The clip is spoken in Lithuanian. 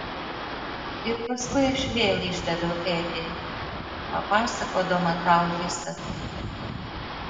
ir paskui aš vėl išdaviau edį papasakodama tau visa tai